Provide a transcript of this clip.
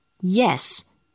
Yes